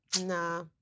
Nah